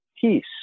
Peace